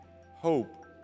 Hope